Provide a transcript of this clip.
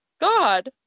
god